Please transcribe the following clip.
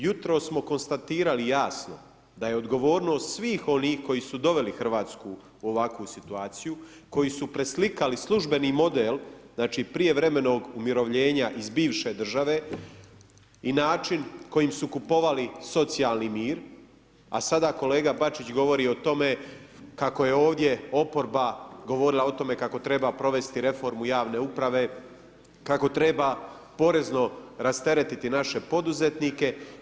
Jutro smo konstatirali jasno da je odgovornost svih onih koji su doveli Hrvatsku u ovakvu situaciju, koji su preslikali službeni model prijevremenog umirovljenja iz bivše države i način kojim su kupovali socijalni mir a sada kolega Bačić govori o tome kako je ovdje oporba govorila o tome kako treba provesti reformu javne uprave, kako treba porezno rasteretiti naše poduzetnike.